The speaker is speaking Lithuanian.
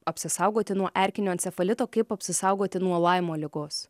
apsisaugoti nuo erkinio encefalito kaip apsisaugoti nuo laimo ligos